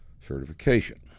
Certification